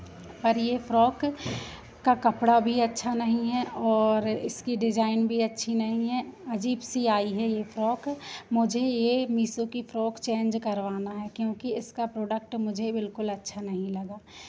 पर ये फ़्रॉक का कपड़ा भी अच्छा नहीं है और इसकी डिज़ाइन भी अच्छी नहीं है अजीब सी आई है ये फ़्रॉक मुझे ये मीशो की फ़्रॉक चेंज करवाना है क्योंकि इसका प्रोडक्ट मुझे बिल्कुल अच्छा नहीं लगा